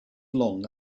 long